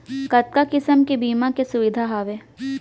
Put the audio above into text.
कतका किसिम के बीमा के सुविधा हावे?